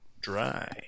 dry